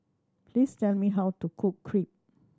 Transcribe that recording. please tell me how to cook Crepe